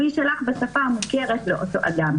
הוא יישלח בשפה המוכרת לאותו אדם.